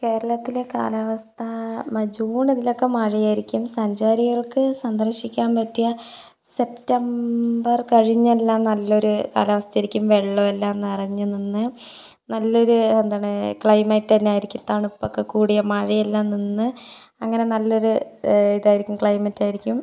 കേരളത്തിലെ കാലാവസ്ഥ ജൂണിതിലൊക്കെ മഴയായിരിക്കും സഞ്ചാരികൾക്ക് സന്ദർശിക്കാൻ പറ്റിയ സെപ്റ്റംബർ കഴിഞ്ഞെല്ലാം നല്ലൊരു കാലാവസ്ഥയായിരിക്കും വെള്ളമെല്ലാം നിറഞ്ഞ് നിന്ന് നല്ലൊരു എന്താണ് ക്ലൈമറ്റ് തന്നെയായിരിക്കും തണുപ്പൊക്കെ കൂടിയ മഴയെല്ലാം നിന്ന് അങ്ങനെ നല്ലൊരു ഇതായിരിക്കും ക്ലൈമറ്റായിരിക്കും